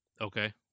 Okay